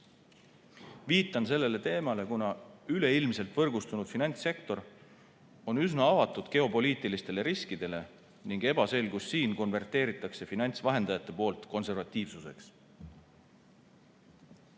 Viitan sellele teemale, kuna üleilmselt võrgustunud finantssektor on üsna avatud geopoliitilistele riskidele ning ebaselgus siin konverteeritakse finantsvahendajate poolt konservatiivsuseks.